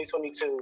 2022